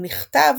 הוא נכתב